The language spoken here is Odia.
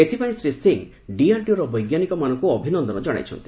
ଏଥିପାଇଁ ଶ୍ରୀ ସିଂ ଡିଆରଡିଓର ବୈଜ୍ଞାନିକମାନଙ୍କୁ ଅଭିନନ୍ଦନ ଜଣାଇଛନ୍ତି